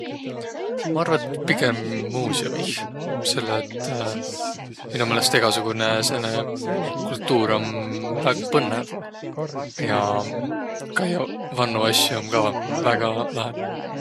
Ma arva, et pigem muuseumih, selle et mino meelest egäsugunõ sääne kultuur om väega põnnõv ja kaiaq vannu asju om ka väega lahe.